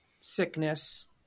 sickness